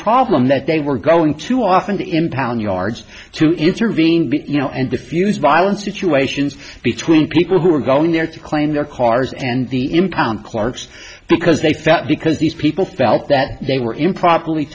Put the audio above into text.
problem that they were going to off and impound yards to intervene but you know and defuse violent situations between people who were going there to claim their cars and the impound clerks because they felt because these people felt that they were improperly